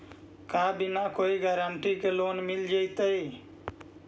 का बिना कोई गारंटी के लोन मिल जीईतै?